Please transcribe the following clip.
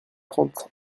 trente